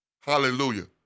Hallelujah